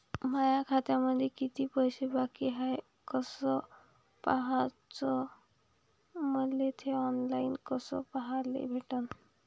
माया खात्यामंधी किती पैसा बाकी हाय कस पाह्याच, मले थे ऑनलाईन कस पाह्याले भेटन?